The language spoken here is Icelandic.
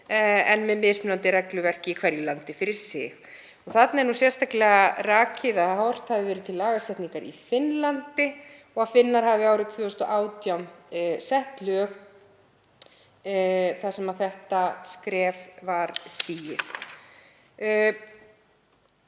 en með mismunandi regluverki í hverju landi fyrir sig. Þarna er sérstaklega rakið að horft hafi verið til lagasetningar í Finnlandi og að Finnar hafi árið 2018 sett lög þar sem þetta skref var stigið.